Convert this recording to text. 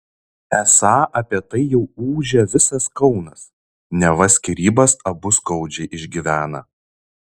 esą apie tai jau ūžia visas kaunas neva skyrybas abu skaudžiai išgyvena